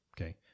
Okay